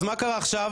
אז מה קרה עכשיו?